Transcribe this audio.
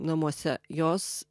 namuose jos